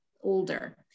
older